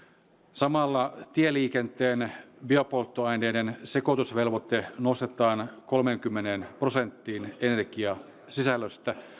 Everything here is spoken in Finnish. samalla tieliikenteen biopolttoaineiden sekoitusvelvoite nostetaan kolmeenkymmeneen prosenttiin energiasisällöstä